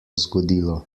zgodilo